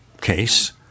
case